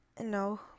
no